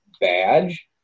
badge